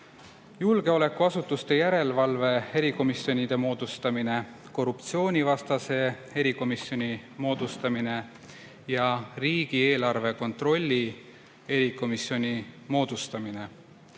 julgeolekuasutuste järelevalve erikomisjoni moodustamine, korruptsioonivastase erikomisjoni moodustamine ja riigieelarve kontrolli erikomisjoni moodustamine.